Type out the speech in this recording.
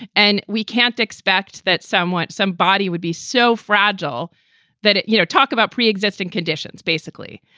and we can't expect that somewhat. some body would be so fragile that, you know, talk about pre-existing conditions, basically,